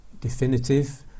definitive